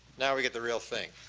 now we get the real thing.